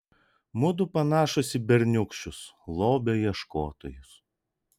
mudu panašūs į berniūkščius lobio ieškotojus